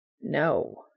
No